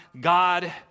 God